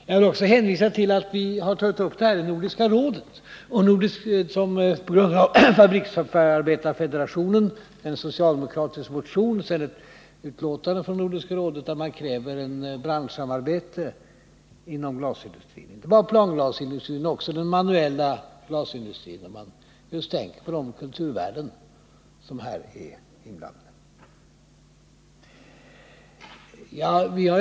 Jag vill också hänvisa till att vi i en socialdemokratisk motion tagit upp det här i Nordiska rådet. I ett utlåtande från Nordiska rådet krävs ett branschsamarbete inom glasindustrin, inte bara när det gäller planglasindustrin utan också när det gäller den manuella glasindustrin — man har tänkt på just de kulturella värden som här är i farozonen.